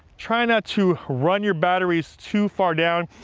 try not to run your batteries too far down,